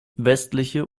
westliche